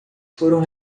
foram